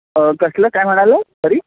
कसलं काय म्हणालात सॉरी